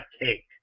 cake